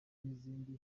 n’izindi